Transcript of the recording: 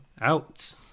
Out